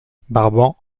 brabant